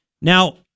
Now